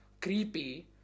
Creepy